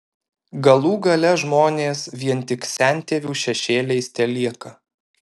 galų gale žmonės vien tik sentėvių šešėliais telieka